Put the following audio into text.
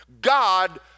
God